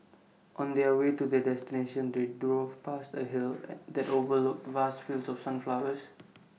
on their way to their destination they drove past A hill that overlooked vast fields of sunflowers